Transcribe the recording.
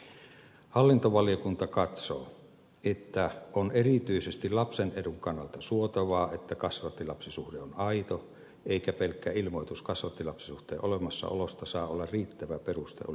hallintovaliokunta katsoo että on erityisesti lapsen edun kannalta suotavaa että kasvattilapsisuhde on aito eikä pelkkä ilmoitus kasvattilapsisuhteen olemassaolosta saa olla riittävä peruste oleskeluluvan myöntämiselle